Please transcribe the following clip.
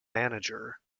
manager